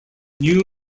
new